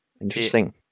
interesting